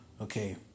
Okay